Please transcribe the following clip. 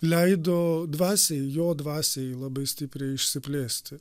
leido dvasiai jo dvasiai labai stipriai išsiplėsti